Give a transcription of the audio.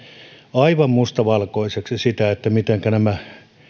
aivan mustavalkoiseksi tätä kun nämä